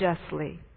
justly